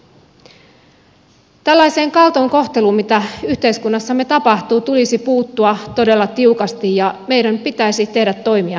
tällaiseen kaltoinkohteluun mitä yhteiskunnassamme tapahtuu tulisi puuttua todella tiukasti ja meidän pitäisi tehdä toimia sen eteen